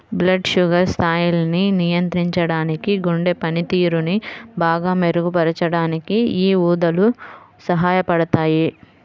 blood sugar స్థాయిల్ని నియంత్రించడానికి, గుండె పనితీరుని బాగా మెరుగుపరచడానికి యీ ఊదలు సహాయపడతయ్యి